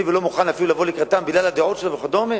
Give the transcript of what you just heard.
ולא מוכן אפילו לבוא לקראתם בגלל הדעות שלו וכדומה?